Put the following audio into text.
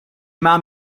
mám